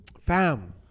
Fam